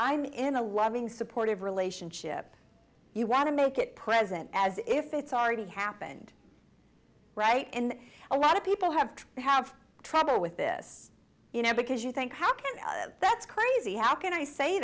i'm in a loving supportive relationship you want to make it present as if it's already happened right and a lot of people have to have trouble with this you know because you think how can i that's crazy how can i say